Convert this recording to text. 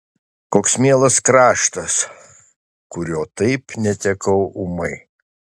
koks mielas kraštas kurio taip netekau ūmai